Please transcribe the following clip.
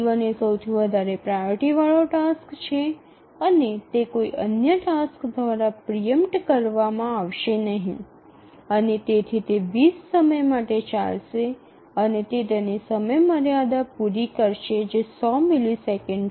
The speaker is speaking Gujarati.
T1 એ સૌથી વધારે પ્રાઓરિટી વાળો ટાસ્ક છે અને તે કોઈ અન્ય ટાસ્ક દ્વારા પ્રિ ઈમ્પટેડ કરવામાં આવશે નહીં અને તેથી તે ૨0 સમય માટે ચાલશે અને તે તેની સમયમર્યાદા પૂરી કરશે જે ૧00 મિલિસેકન્ડ છે